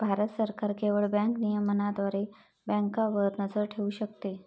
भारत सरकार केवळ बँक नियमनाद्वारे बँकांवर नजर ठेवू शकते